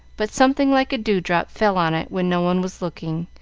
but something like a dew-drop fell on it when no one was looking,